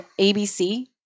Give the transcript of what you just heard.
ABC